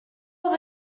was